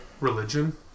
Religion